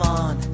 on